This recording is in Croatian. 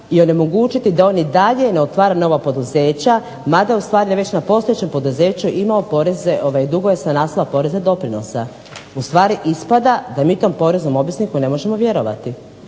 i onemogućiti da on i dalje ne otvara nova poduzeća mada je ustvari već na postojećem poduzeću imao dugove sa naslova poreza i doprinosa. Ustvari ispada da mi tom poreznom obvezniku ne možemo vjerovati.